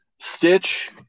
Stitch